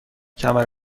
کمر